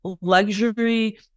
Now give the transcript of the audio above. luxury